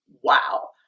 Wow